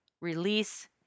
release